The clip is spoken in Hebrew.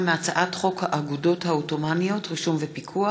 מהצעת חוק האגודות העות'מאניות (רישום ופיקוח),